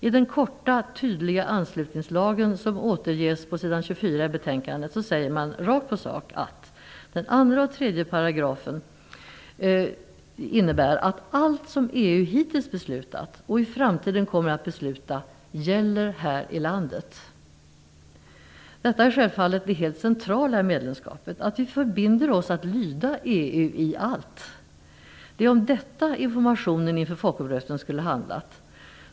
I den korta, tydliga anslutningslagen, som återges på sidan 24 i betänkandet, säger man rakt på sak att den andra och tredje paragrafen innebär att allt som EU hittills beslutat och i framtiden kommer att besluta "gäller här i landet". Detta är självfallet det helt centrala i medlemskapet, att vi förbinder oss att lyda EU i allt. Det är om detta informationen inför folkomröstningen skulle handlat.